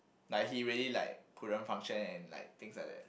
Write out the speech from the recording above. like he really like couldn't function and like things like that